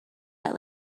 that